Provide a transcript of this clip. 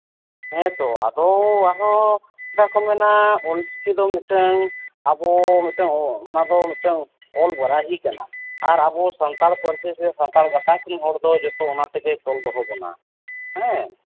ᱦᱮᱸ ᱛᱚ ᱟᱫᱚ ᱟᱨ ᱦᱚᱸ ᱚᱱᱠᱟ ᱠᱚ ᱢᱮᱱᱟ ᱚᱞᱪᱤᱠᱤ ᱫᱚ ᱢᱤᱫᱴᱟᱹᱱ ᱟᱵᱚ ᱢᱤᱫᱴᱟᱹᱱ ᱚᱱᱟ ᱫᱚ ᱢᱤᱫᱴᱟᱹᱱ ᱚᱞ ᱵᱟᱨᱟᱦᱤ ᱠᱟᱱᱟ ᱟᱨ ᱟᱵᱚ ᱥᱟᱱᱛᱟᱲ ᱯᱟᱹᱨᱥᱤ ᱥᱮ ᱥᱟᱱᱛᱟᱲ ᱜᱟᱛᱟᱠ ᱨᱮᱱ ᱦᱚᱲ ᱫᱚ ᱡᱚᱛᱚ ᱚᱱᱟ ᱛᱮᱜᱮ ᱛᱚᱞ ᱫᱚᱦᱚ ᱵᱚᱱᱟ ᱦᱮᱸ